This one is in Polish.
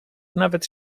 nawet